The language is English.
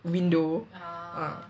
window